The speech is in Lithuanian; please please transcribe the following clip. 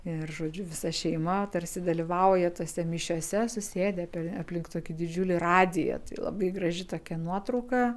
ir žodžiu visa šeima tarsi dalyvauja tose mišiose susėdę aplink tokį didžiulį radiją tai labai graži tokia nuotrauka